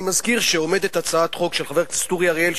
אני מזכיר שעומדת הצעת חוק של חבר הכנסת אורי אריאל,